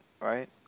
right